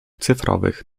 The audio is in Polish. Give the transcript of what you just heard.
cyfrowych